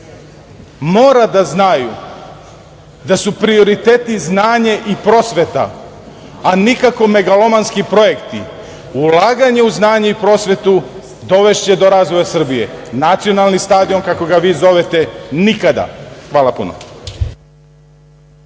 moraju da znaju da su prioriteti znanje i prosveta, a nikako megalomanski projekti, ulaganje u znanje i prosvetu, dovešće do razvoja Srbije, a nacionalni stadion kako ga vi zovete, nikada. Hvala.